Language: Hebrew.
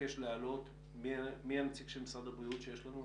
מבקש להעלות מי הנציג של משרד הבריאות שנמצא איתנו?